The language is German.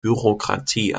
bürokratie